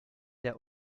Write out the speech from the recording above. der